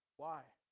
why